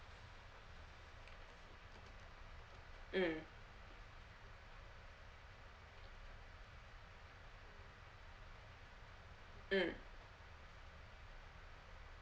mm mm